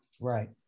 Right